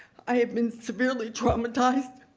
i have been severely traumatized